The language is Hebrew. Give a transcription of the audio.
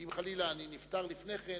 שאם חלילה אני נפטר לפני כן,